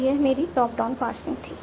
तो यह मेरी टॉप डाउन पार्सिंग थी